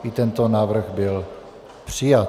I tento návrh byl přijat.